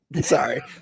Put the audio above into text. Sorry